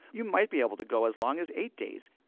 you might be able to go as long as eight days